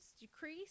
decrease